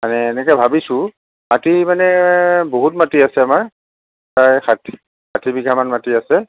মানে এনেকৈ ভাবিছোঁ বাকী মানে বহুত মাটি আছে আমাৰ প্ৰায় ষাঠি ষাঠি বিঘামান মাটি আছে